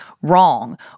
wrong